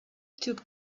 took